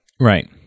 Right